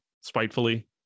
spitefully